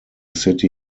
city